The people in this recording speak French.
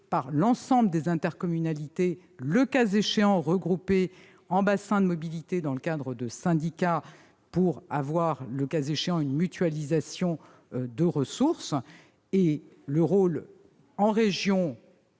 par l'ensemble des intercommunalités, le cas échéant regroupées en bassins de mobilité dans le cadre de syndicats. Cela permettra, le cas échéant, une mutualisation des ressources, avec la région